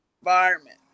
environment